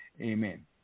Amen